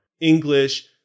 English